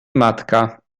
matka